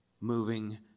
moving